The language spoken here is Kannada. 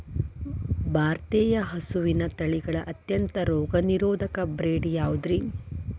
ಭಾರತೇಯ ಹಸುವಿನ ತಳಿಗಳ ಅತ್ಯಂತ ರೋಗನಿರೋಧಕ ಬ್ರೇಡ್ ಯಾವುದ್ರಿ?